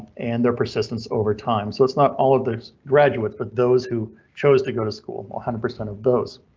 and their persistence overtime. so it's not all of those graduates, but those who chose to go to school and one hundred percent of those.